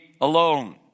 alone